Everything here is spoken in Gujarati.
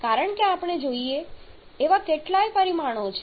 કારણ કે આપણે જોઈએ એવા કેટલાય પરિમાણો છે